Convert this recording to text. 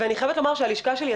ואני חייבת לומר שהלשכה שלי,